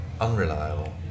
unreliable